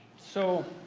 so